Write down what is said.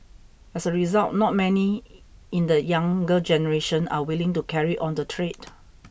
as a result not many in the younger generation are willing to carry on the trade